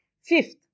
Fifth